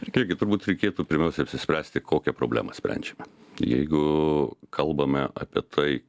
irgi turbūt reikėtų pirmiausia apsispręsti kokią problemą sprendžiame jeigu kalbame apie tai